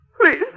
please